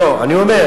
לא, אני אומר,